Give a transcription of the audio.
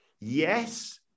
Yes